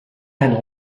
tant